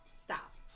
Stop